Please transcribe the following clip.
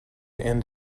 end